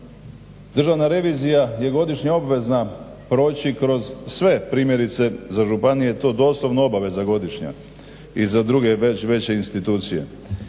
Državna revizija je godišnje obvezna proći kroz sve primjerice za županije je to dosta obaveza godišnje i za druge veće institucije.